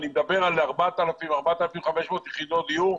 אני מדבר על 4,000-4,500 יחידות דיור,